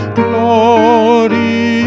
glory